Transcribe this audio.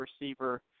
receiver